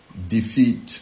defeat